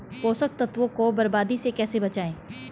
पोषक तत्वों को बर्बादी से कैसे बचाएं?